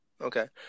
Okay